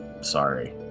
Sorry